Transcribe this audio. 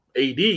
AD